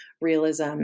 realism